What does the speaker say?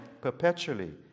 perpetually